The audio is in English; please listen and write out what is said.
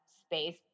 Space